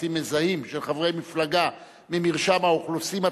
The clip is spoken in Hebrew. פרטים מזהים של חברי מפלגה ממרשם האוכלוסין),